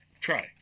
Try